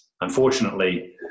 unfortunately